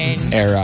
era